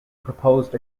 proposed